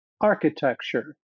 architecture